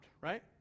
right